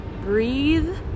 breathe